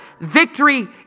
Victory